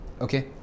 Okay